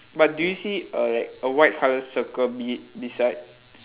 but do you see a like white colour circle be~ beside